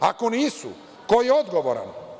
Ako nisu, ko je odgovoran?